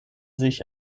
sich